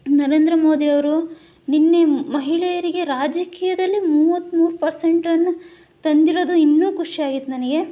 ನರೇಂದ್ರ ಮೋದಿಯವರು ನಿನ್ನೆ ಮಹಿಳೆಯರಿಗೆ ರಾಜಕೀಯದಲ್ಲಿ ಮೂವತ್ತಮೂರು ಪರ್ಸೆಂಟನ್ನು ತಂದಿರೋದು ಇನ್ನೂ ಖುಷಿಯಾಗೈತೆ ನನಗೆ